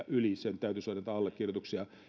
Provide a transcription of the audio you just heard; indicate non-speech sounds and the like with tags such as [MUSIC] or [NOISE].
[UNINTELLIGIBLE] yli viisikymmentätuhatta täytyisi olla näitä allekirjoituksia